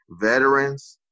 veterans